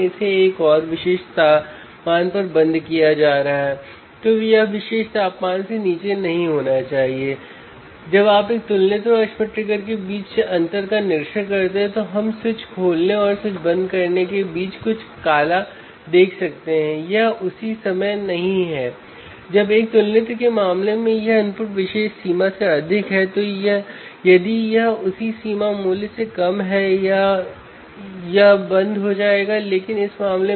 इस तरह आप इंस्ट्रूमेंटेशन एम्पलीफायर के लाभ को माप सकते हैं